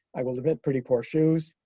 i will admit, pretty poor shoes,